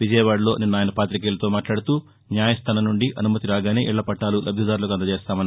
విజయవాడలో నిన్న ఆయన పాతికేయులతో మాట్లాడుతూన్యాయస్థానం నుంచి అనుమతి రాగానే ఇళ్ల పట్టాలు లబ్దిదారులకు అందజేస్తామన్నారు